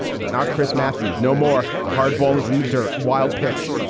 but not chris matthews no more. the hardball is in the dirt. wild pitch.